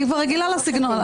אני כבר רגילה לסגנון.